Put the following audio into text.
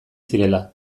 zirela